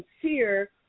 sincere